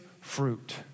fruit